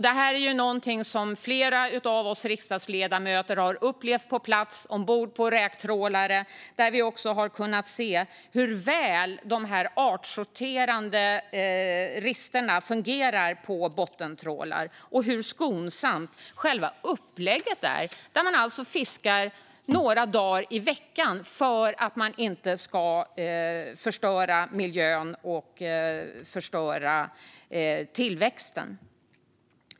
Det här är något som flera av oss riksdagsledamöter har upplevt på plats, ombord på räktrålare. Vi har kunnat se hur väl de artsorterande risterna på bottentrålarna fungerar och hur skonsamt själva upplägget är. Man fiskar några dagar i veckan för att inte förstöra miljön eller tillväxten.